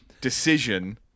decision